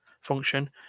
function